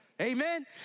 Amen